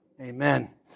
Amen